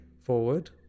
forward